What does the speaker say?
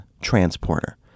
Transporter